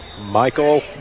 Michael